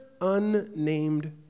unnamed